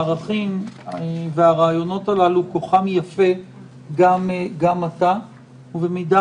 הערכים והרעיונות הללו כוחם יפה גם עתה ובמידה